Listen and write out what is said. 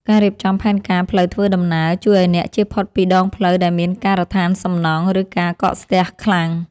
ការរៀបចំផែនការផ្លូវធ្វើដំណើរ ជួយឱ្យអ្នកជៀសផុតពីដងផ្លូវដែលមានការដ្ឋានសំណង់ ឬការកកស្ទះខ្លាំង។